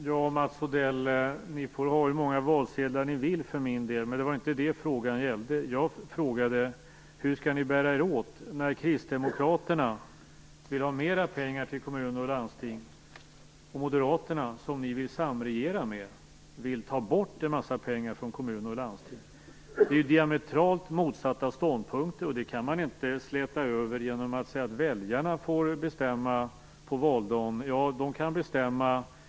Fru talman! Ni får ha hur många valsedlar ni vill för min del, Mats Odell. Men det var inte det frågan gällde. Jag frågade: Hur skall ni bära er åt när Kristdemokraterna vill ha mer pengar till kommuner och landsting och Moderaterna, som ni vill samregera med, vill ta bort en massa pengar från kommuner och landsting? Det är diametralt motsatta ståndpunkter. Det kan man inte släta över genom att säga att väljarna får bestämma på valdagen.